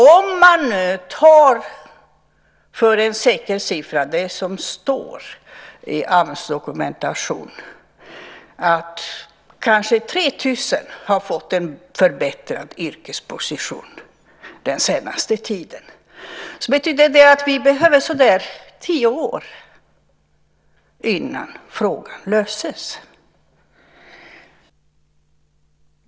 Om man nu tar det som står i AMS dokumentation för en säker siffra har kanske 3 000 fått en förbättrad yrkesposition den senaste tiden. Det betyder att vi behöver så där tio år innan frågan löses.